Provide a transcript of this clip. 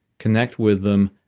connect with them,